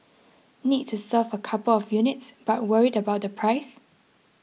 need to serve a couple of units but worried about the price